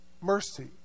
mercy